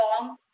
long